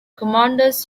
commanders